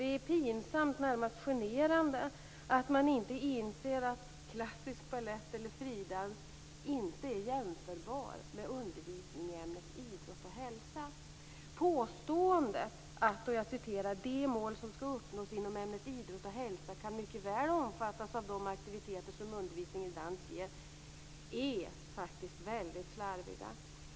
Det är pinsamt, närmast generande, att man inte inser att klassisk balett eller fridans inte är jämförbara med undervisning i ämnet idrott och hälsa. Påståendet att "de mål som skall uppnås inom ämnet idrott och hälsa kan - mycket väl omfattas av de aktiviteter som undervisningen i ämnet dans ger" är väldigt slarvigt.